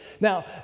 Now